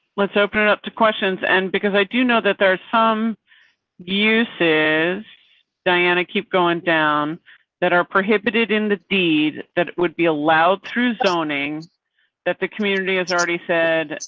let's open it up to questions and because i do know that there are some uses diana, keep going down that are prohibited in the deed that would be allowed through zoning that the community has already said.